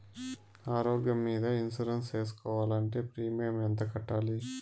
ఆరోగ్యం మీద ఇన్సూరెన్సు సేసుకోవాలంటే ప్రీమియం ఎంత కట్టాలి?